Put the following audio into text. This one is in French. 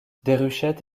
déruchette